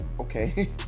okay